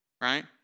right